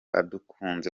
akunze